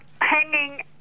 hanging